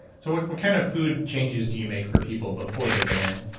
so what kind of food changes do you make for people before they go in?